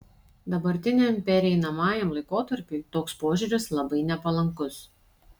dabartiniam pereinamajam laikotarpiui toks požiūris labai nepalankus